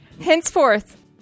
Henceforth